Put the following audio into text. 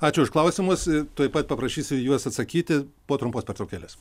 ačiū už klausimus ir tuoj pat paprašysiu juos atsakyti po trumpos pertraukėlės